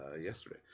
yesterday